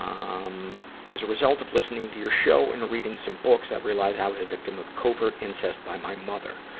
um um as a result of listening to your show and reading some books, i realize i was the victim of covert incest by my mother.